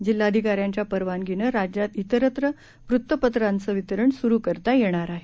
जिल्हाधिकाऱ्यांच्या परवानगीनं राज्यात तिरत्र वृत्तपत्रांचे वितरण सुरू करता येणार आहे